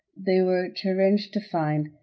they were chagrined to find,